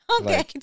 okay